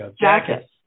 jackets